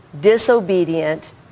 disobedient